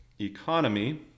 Economy